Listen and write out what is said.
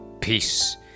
Peace